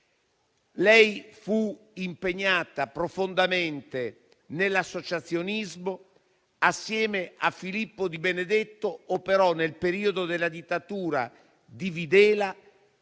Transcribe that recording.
Lei fu impegnata profondamente nell'associazionismo. Assieme a Filippo Di Benedetto operò nel periodo della dittatura di Videla,